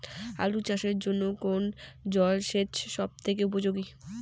আলু চাষের জন্য কোন জল সেচ সব থেকে উপযোগী?